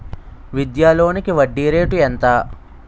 విద్యా లోనికి వడ్డీ రేటు ఎంత?